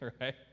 right